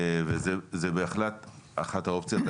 זו בהחלט אחת האופציות.